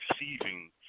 receiving